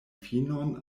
finon